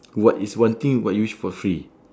what is one thing what you wish for free